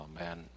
Amen